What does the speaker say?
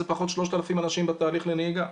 זה היה פחות 3,000 אנשים בתהליך לנהיגה.